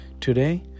Today